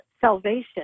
salvation